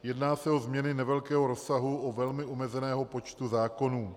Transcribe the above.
Jedná se o změny nevelkého rozsahu u velmi omezeného počtu zákonů.